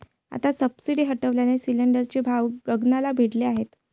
आता सबसिडी हटवल्याने सिलिंडरचे भाव गगनाला भिडले आहेत